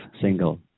single